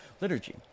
liturgy